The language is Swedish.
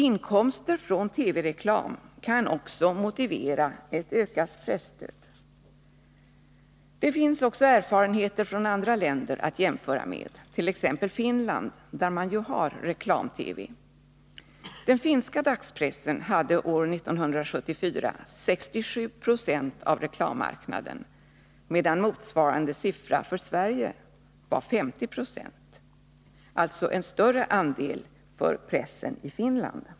Inkomster från TV-reklam 13 kan också motivera ett ökat presstöd. Det finns också erfarenheter från andra länder att jämföra med, t.ex. Finland, där man ju har reklam-TV. År 1974 hade den finska dagspressen 67 20 av reklammarknaden, medan motsvarande siffra för Sverige var 50 96. Pressen i Finland hade alltså en större andel av reklammarknaden.